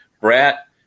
Brat